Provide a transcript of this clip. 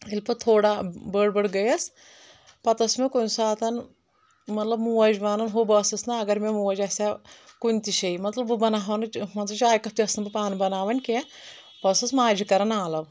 ییٚلہِ پتہٕ تھوڑا بٔڑ بٔڑ گٔیس پتہٕ ٲس مےٚ کُنہِ ساتن مطلب موج ونان ہُہ بہٕ ٲسس نہٕ اگر مےٚ موج آسہِ ہا کُنہِ تہِ جایہِ مطلب اگر بہٕ بناوہا نہٕ مان ژٕ چاۓ کپ تہِ ٲسس نہٕ بہٕ پانہٕ بناوان کینٛہہ بہٕ ٲسس ماجہِ کران آلو